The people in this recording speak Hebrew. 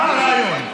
מה הרעיון?